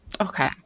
okay